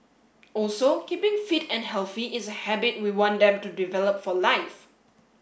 also keeping fit and healthy is a habit we want them to develop for life